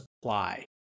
supply